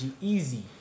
easy